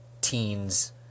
teens